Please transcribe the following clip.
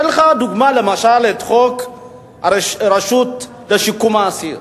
למשל, חוק הרשות לשיקום האסיר.